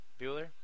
Bueller